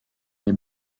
they